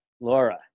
Laura